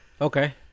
Okay